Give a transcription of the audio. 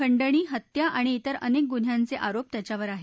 खंडणी हत्या आणि तिर अनेक गुन्ढ्यांचे आरोप त्याच्यावर आहेत